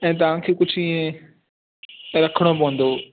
ऐं तव्हांखे कुझु इएं त रखिणो पवंदो